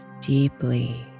deeply